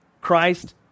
Christ